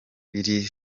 iri